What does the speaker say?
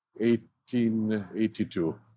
1882